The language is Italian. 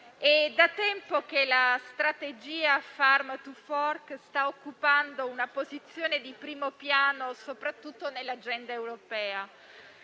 è da tempo che la strategia Farm to fork sta occupando una posizione di primo piano soprattutto nell'agenda europea.